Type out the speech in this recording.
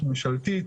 ממשלתית,